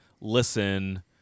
listen